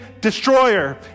destroyer